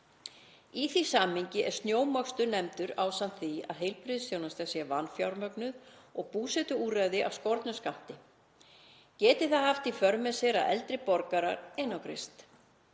Í því samhengi er snjómokstur nefndur ásamt því að heilbrigðisþjónusta sé vanfjármögnuð og búsetuúrræði af skornum skammti. Geti það haft í för með sér að eldri borgarar einangrist.